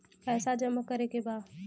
पैसा जमा करे के बा?